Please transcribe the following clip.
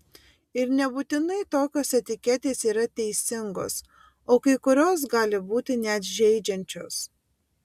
ir nebūtinai tokios etiketės yra teisingos o kai kurios gali būti net žeidžiančios